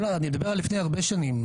אני מדבר על לפני הרבה שנים,